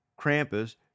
Krampus